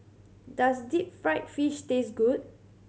does deep fried fish taste good